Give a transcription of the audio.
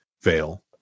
fail